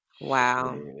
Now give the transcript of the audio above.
Wow